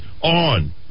on